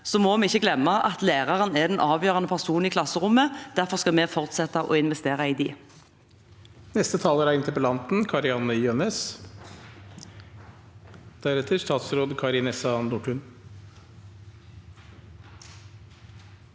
Så må vi ikke glemme at lærerne er de avgjørende personene i klasserommene. Derfor skal vi fortsette å investere i dem.